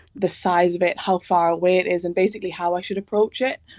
the size of it, how far away it is and basically how i should approach it.